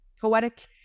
poetic